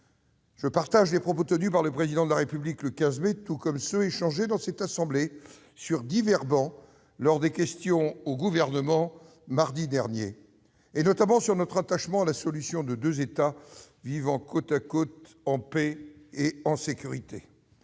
Je partage les propos tenus par le Président de la République le 15 mai, tout comme ceux qui ont été échangés dans cette assemblée mardi dernier, lors des questions au Gouvernement, sur notre attachement à la solution de deux États vivant côte à côte, en paix et en sécurité.